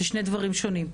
אלה שני דברים שונים.